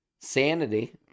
sanity